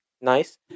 Nice